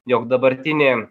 jog dabartinį